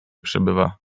przebywa